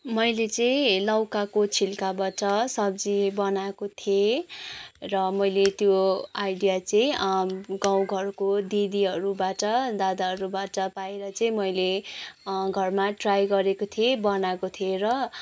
मैले चाहिँ लौकाको छिल्काबाट सब्जी बनाएको थिएँ र मैले त्यो आइडिया चाहिँ गाउँ घरको दिदीहरूबाट दादाहरूबाट पाएर चाहिँ मैले घरमा ट्राई गरेको थिएँ बनाएको थिएँ र